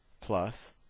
plus